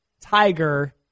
Tiger